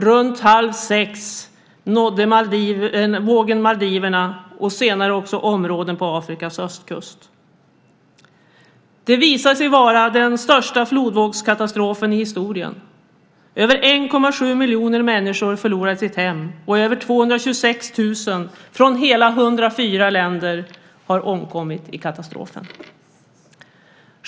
Runt halv sex nådde vågorna Maldiverna och senare också områden på Afrikas östkust. Det visade sig vara den största flodvågskatastrofen i historien. Över 1,7 miljoner människor förlorade sitt hem, och över 226 000 människor från hela 104 länder har omkommit i katastrofen.